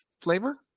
flavor